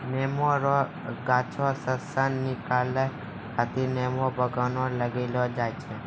नेमो रो गाछ से सन निकालै खातीर नेमो बगान लगैलो जाय छै